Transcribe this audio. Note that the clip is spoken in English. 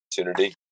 opportunity